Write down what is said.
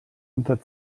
unter